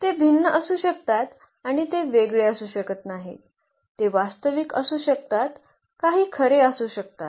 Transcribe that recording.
ते भिन्न असू शकतात आणि ते वेगळे असू शकत नाहीत ते वास्तविक असू शकतात काही खरे असू शकतात